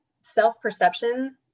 self-perception